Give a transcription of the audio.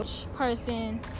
person